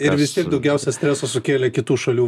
ir vis tiek daugiausia streso sukėlė kitų šalių